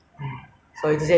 不然就是温习功课